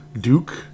Duke